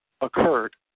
occurred